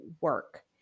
work